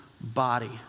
body